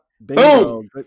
Boom